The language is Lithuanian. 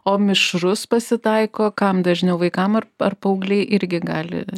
o mišrus pasitaiko kam dažniau vaikam ar ar paaugliai irgi gali